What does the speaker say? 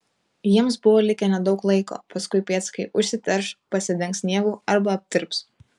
jiems buvo likę nedaug laiko paskui pėdsakai užsiterš pasidengs sniegu arba aptirps